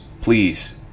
please